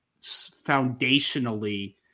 foundationally